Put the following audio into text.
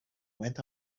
went